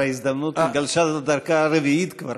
ההזדמנות גלשה לדקה הרביעית כבר.